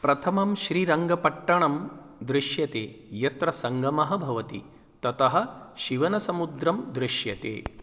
प्रथमं श्रीरङ्गपट्टणं दृश्यते यत्र सङ्गमः भवति ततः शिवनसमुद्रं दृश्यते